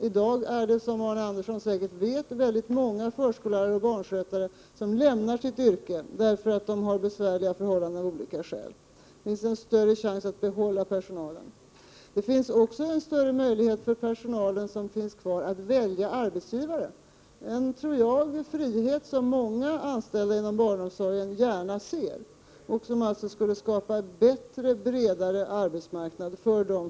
I dag är det, som Arne Andersson säkert vet, många förskollärare och barnskötare som lämnar sitt yrke därför att förhållandena av olika skäl är så besvärliga. I enskild regi finns det en större chans att behålla Prot. 1988/89:129 personalen. Personalen som finns kvar får också större möjligheter att välja arbetsgivare. Det tror jag är en frihet som många anställda inom barnomsorgen gärna vill ha. Den skulle skapa en bredare och bättre arbetsmarknad för dem.